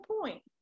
point